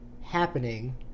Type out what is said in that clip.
Happening